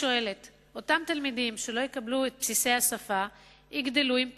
אותם תלמידים שלא יקבלו את בסיסי השפה יגדלו עם פערים,